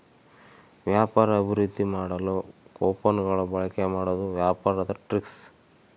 ವ್ಯಾಪಾರ ಅಭಿವೃದ್ದಿ ಮಾಡಲು ಕೊಪನ್ ಗಳ ಬಳಿಕೆ ಮಾಡುವುದು ವ್ಯಾಪಾರದ ಟ್ರಿಕ್ಸ್